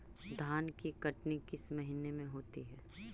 धान की कटनी किस महीने में होती है?